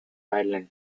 ireland